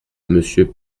monsieur